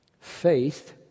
Faith